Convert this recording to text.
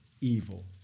evil